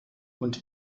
und